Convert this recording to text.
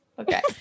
Okay